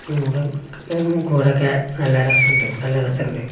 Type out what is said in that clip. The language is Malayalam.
കൂടൊക്കെ കൂടൊക്കെ നല്ല രസമുണ്ട് നല്ല രസമുണ്ട്